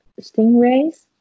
stingrays